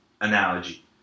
analogy